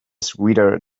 sweeter